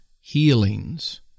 healings